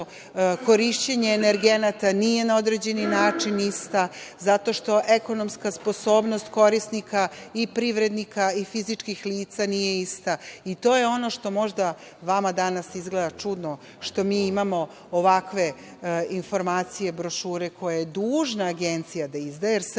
korišćenje energenata nije na određeni način isti, zato što ekonomska sposobnost korisnika i privrednika i fizičkih lica nije ista i to je ono što možda vama danas izgleda čudno, što imamo ovakve informacije, brošure koje je dužna Agencija da izdaje, jer se ona